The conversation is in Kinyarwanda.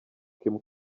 kim